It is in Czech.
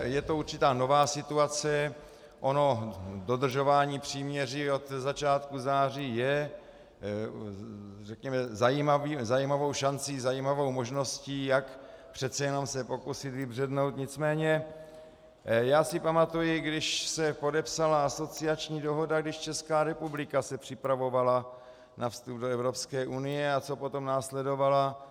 Je to určitá nová situace, ono dodržování příměří od začátku září je, řekněme, zajímavou šancí, zajímavou možností, jak přece jenom se pokusit vybřednout, nicméně já si pamatuji, když se podepsala asociační dohoda, když Česká republika se připravovala na vstup do Evropské unie, a co potom následovalo.